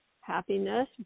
happiness